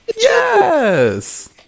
Yes